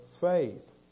faith